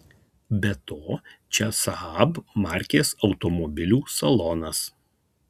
be to čia saab markės automobilių salonas